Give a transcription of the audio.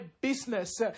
business